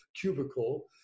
cubicle